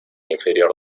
inferior